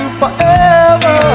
forever